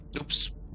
Oops